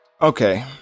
okay